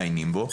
מעניינים בו,